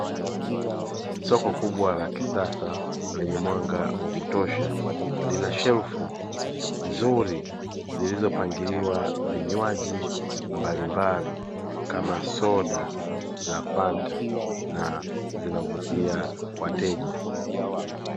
Soko kubwa la kisasa lenye mwanga wa kutosha, lina shelfu nzuri, zilizopangiliwa vinywaji mbalimbali kama soda za fanta na zinavutia wateja.